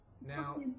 Now